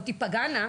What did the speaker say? או שתיפגענה,